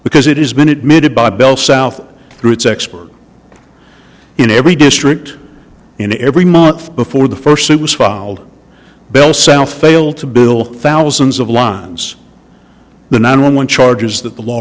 because it has been admitted by bell south through its expert in every district in every month before the first suit was filed bell south fail to bill thousands of lines the nine one one charges that the law